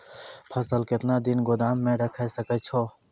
फसल केतना दिन गोदाम मे राखै सकै छौ?